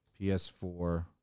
PS4